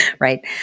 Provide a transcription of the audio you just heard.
right